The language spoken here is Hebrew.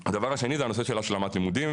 הדבר השני זה הנושא של השלמת לימודים,